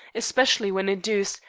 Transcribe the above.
especially when induced,